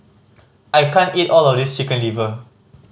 I can't eat all of this Chicken Liver